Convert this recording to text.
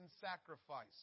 sacrifice